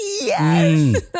Yes